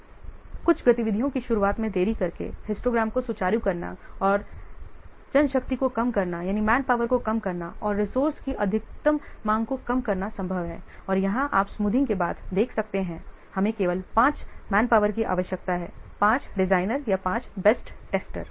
इसलिए कुछ गतिविधियों की शुरुआत में देरी करके हिस्टोग्राम को सुचारू करना और मैनपावर को कम करना और रिसोर्स की अधिकतम मांग को कम करना संभव है और यहां आप स्मूथिंग के बाद देख सकते हैं हमें केवल 5 मैनपावर की आवश्यकता है 5 डिजाइनर या पांच बेस्ट टेस्टर